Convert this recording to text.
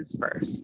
first